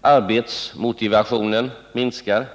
Arbetsmotivationen minskar.